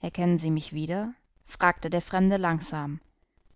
erkennen sie mich wieder fragte der fremde langsam